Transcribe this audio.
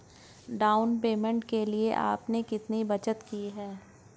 Down payment के लिए आपने कितनी बचत की है?